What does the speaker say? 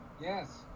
Yes